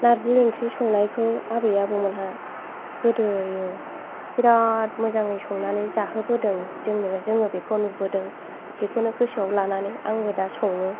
नारजि ओंख्रि संनायखौ आबै आबौमोनहा गोदोयो बिराद मोजाङै संनानै जाहोबोदों जोंनो जोङो बेखौ नुबोदों बेखौनो गोसोआव लानानै आंबो दा सङो